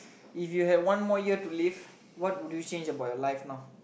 if you have one more year to live what would you change about your life now